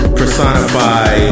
personify